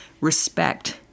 respect